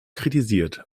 kritisiert